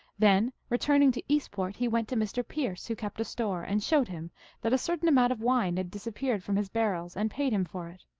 then, returning to eastport, he went to mr. pearce, who kept a store, and showed him that a certain amount of wine had disappeared from his bar rels, and paid him for it.